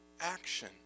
action